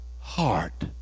heart